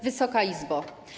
Wysoka Izbo!